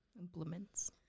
Implements